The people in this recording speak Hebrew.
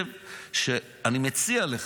אני מציע לך,